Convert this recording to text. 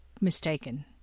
mistaken